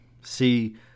See